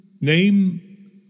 name